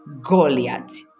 Goliath